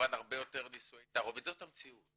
כמובן הרבה יותר נישואי תערובת, זאת המציאות.